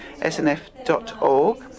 snf.org